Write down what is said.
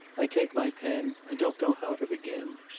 i take my pen and don't know how to begin.